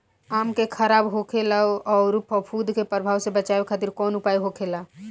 आम के खराब होखे अउर फफूद के प्रभाव से बचावे खातिर कउन उपाय होखेला?